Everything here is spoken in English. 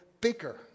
bigger